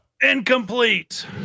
Incomplete